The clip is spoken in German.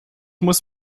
muss